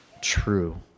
true